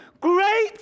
great